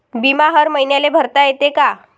बिमा हर मईन्याले भरता येते का?